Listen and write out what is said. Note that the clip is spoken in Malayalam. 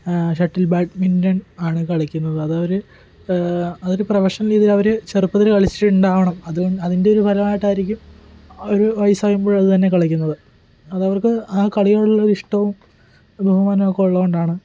ഷട്ടിൽ ബാഡ്മിൻറൺ ആണ് കളിക്കുന്നത് അത് അവർ അത് ഒരു പ്രൊഫഷണൽ രീതിയിലവർ ചെറുപ്പത്തിൽ കളിച്ചിട്ടുണ്ടാവണം അത് അതിൻറ്റൊരു ഫലമായിട്ടായിരിക്കും അവർ വയസാകുമ്പോഴും അതുതന്നെ കളിക്കുന്നത് അത് അവർക്ക് ആ കളിയോടുള്ളൊരു ഇഷ്ടവും ബഹുമാനവുമൊക്കെ ഉള്ളത് കൊണ്ടാണ്